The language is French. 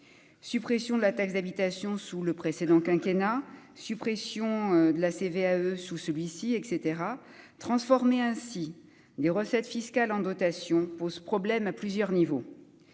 suppression de la taxe d'habitation sous le précédent quinquennat : suppression de la CVAE sous celui-ci, et cetera transformer ainsi des recettes fiscales en dotation pose problème à plusieurs niveaux,